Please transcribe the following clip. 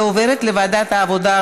ועוברת לוועדת העבודה,